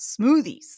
smoothies